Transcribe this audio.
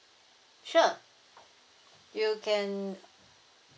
sure you can